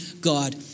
God